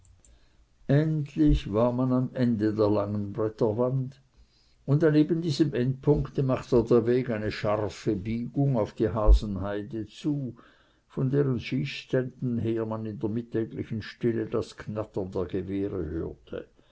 endlich war man am ende der langen bretterwand und an eben diesem endpunkte machte der weg eine scharfe biegung auf die hasenheide zu von deren schießständen her man in der mittäglichen stille das knattern der gewehre hörte